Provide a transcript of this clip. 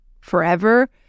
forever